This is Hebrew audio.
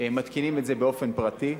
מתקינים את זה באופן פרטי,